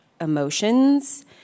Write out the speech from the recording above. emotions